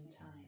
time